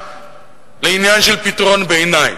לעניין של פתרון ביניים,